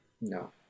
No